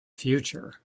future